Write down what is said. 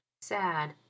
sad